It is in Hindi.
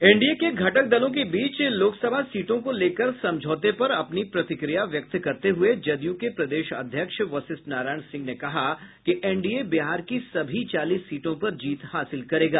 एनडीए के घटक दलों के बीच लोकसभा सीटों को लेकर समझौते पर अपनी प्रतिक्रिया व्यक्त करते हुए जदयू के प्रदेश अध्यक्ष वशिष्ठ नारायण सिंह ने कहा कि एनडीए बिहार की सभी चालीस सीटों पर जीत हासिल करेगा